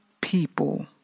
people